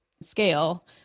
scale